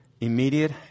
immediate